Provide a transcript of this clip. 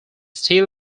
still